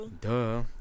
duh